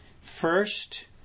first